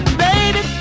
baby